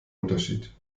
unterschied